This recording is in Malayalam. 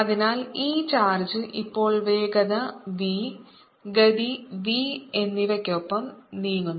അതിനാൽ ഈ ചാർജ് ഇപ്പോൾ വേഗത v ഗതി v എന്നിവയ്ക്കൊപ്പം നീങ്ങുന്നു